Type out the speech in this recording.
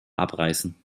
abreißen